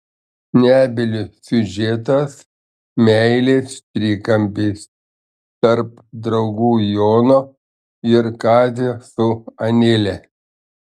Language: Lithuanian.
nebylio siužetas meilės trikampis tarp draugų jono ir kazio su anele